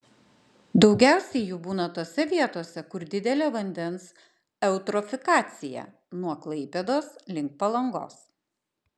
daugiausiai jų būna tose vietose kur didelė vandens eutrofikacija nuo klaipėdos link palangos